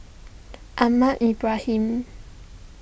Ahmad Ibrahim